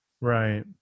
Right